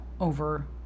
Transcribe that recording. over-